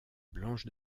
blanche